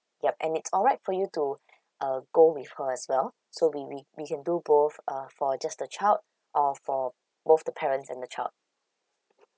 yup and it's alright for you to uh go with her as well so we we we can do both uh for just the child or for both the parent and the child